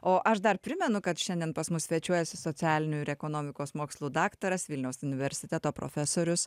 o aš dar primenu kad šiandien pas mus svečiuojasi socialinių ir ekonomikos mokslų daktaras vilniaus universiteto profesorius